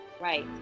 Right